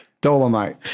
Dolomite